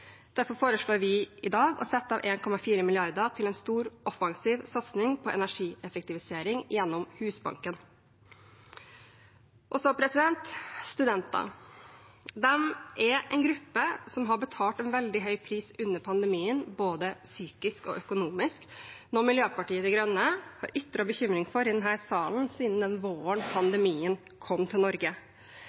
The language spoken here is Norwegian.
Derfor foreslår vi i dag å sette av 1,4 mrd. kr til en stor, offensiv satsing på energieffektivisering gjennom Husbanken. Så til studentene: De er en gruppe som har betalt en veldig høy pris under pandemien, både psykisk og økonomisk, noe Miljøpartiet De Grønne har ytret bekymring for i denne salen siden den våren pandemien kom til Norge.